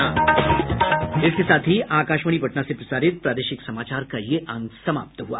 इसके साथ ही आकाशवाणी पटना से प्रसारित प्रादेशिक समाचार का ये अंक समाप्त हुआ